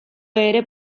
ere